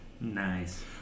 Nice